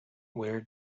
where